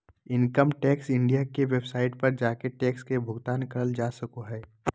income tax India के website पर जाके टैक्स के भुगतान करल जा सको हय